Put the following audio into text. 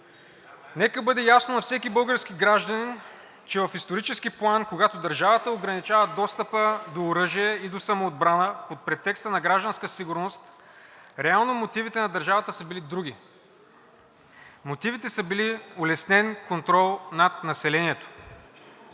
Нека бъде ясно на всеки български гражданин, че в исторически план, когато държавата ограничава достъпа до оръжие и до самоотбрана под претекста на гражданска сигурност, реално мотивите на държавата са били други – мотивите са били улеснен контрол над населението.